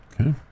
Okay